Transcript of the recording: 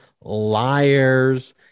liars